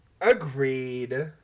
Agreed